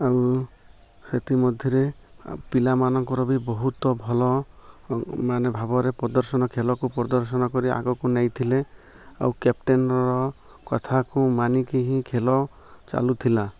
ଆଉ ସେଥିମଧ୍ୟରେ ପିଲାମାନଙ୍କର ବି ବହୁତ ଭଲ ମାନେ ଭାବରେ ପ୍ରଦର୍ଶନ ଖେଳକୁ ପ୍ରଦର୍ଶନ କରି ଆଗକୁ ନେଇଥିଲେ ଆଉ କ୍ୟାପଟେନ୍ର କଥାକୁ ମାନିକି ହିଁ ଖେଳ ଚାଲୁ ଥିଲା